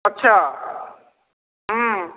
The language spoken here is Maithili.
अच्छा हुँ